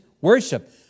worship